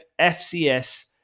FCS